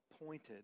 appointed